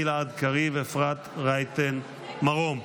גלעד קריב ואפרת רייטן מרום.